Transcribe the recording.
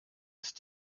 ist